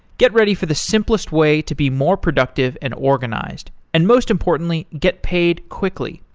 get ready for the simplest way to be more productive and organized. and most importantly, get paid quickly.